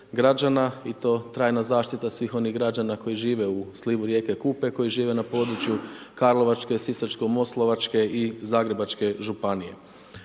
i to trajna zaštita svih onih građana koji žive u slivu rijeke Kupe, koji žive na području Karlovačke, Sisačko-moslavačke i Zagrebačke županije.